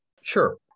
Sure